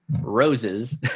roses